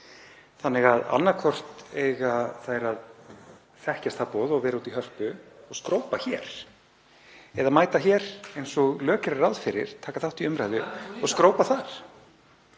Annaðhvort eiga þær að þekkjast það boð og vera úti í Hörpu og skrópa hér eða mæta hér eins og lög gera ráð fyrir, taka þátt í umræðu og skrópa þar.